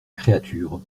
créature